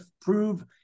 prove